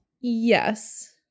Yes